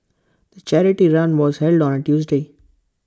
the charity run was held on Tuesday